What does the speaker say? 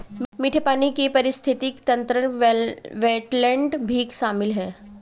मीठे पानी के पारिस्थितिक तंत्र में वेट्लैन्ड भी शामिल है